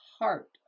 heart